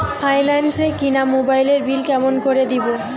Finance এ কিনা মোবাইলের বিল কেমন করে দিবো?